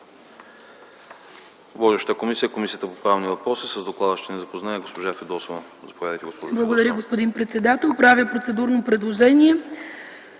Благодаря, господин председател. Правя процедурно предложение